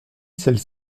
celles